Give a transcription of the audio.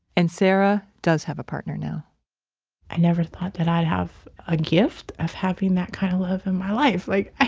and sara does have a partner now i never thought that i'd have a gift of having that kind of love in my life like